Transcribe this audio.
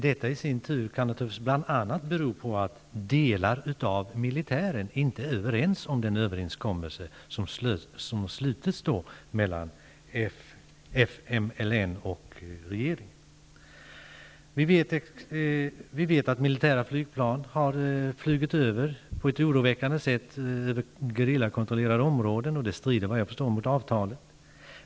Detta i sin tur kan naturligtvis bl.a. bero på att delar av militären inte är överens om den överenskommelse som har slutits mellan Vi vet att militära flygplan på ett oroväckande sätt har flugit över gerillakontrollerade områden, och det strider enligt vad jag förstår mot avtalet.